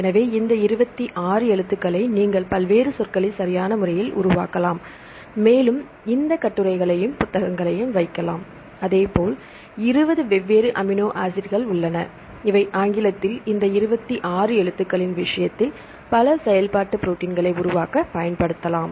எனவே இந்த 26 எழுத்துக்களை நீங்கள் பல்வேறு சொற்களை சரியான முறையில் உருவாக்கலாம் மேலும் இந்த கட்டுரைகளையும் புத்தகங்களையும் வைக்கலாம் அதேபோல் 20 வெவ்வேறு அமினோ ஆசிட்கள் உள்ளன அவை ஆங்கிலத்தில் இந்த 26 எழுத்துக்களின் விஷயத்தில் பல செயல்பாட்டு ப்ரோடீன்களை உருவாக்க பயன்படுத்தப்படலாம்